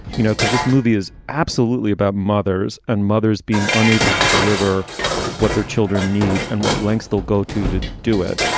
you know because this movie is absolutely about mothers mothers and mothers being unable to deliver what their children need and what lengths they'll go to to do it.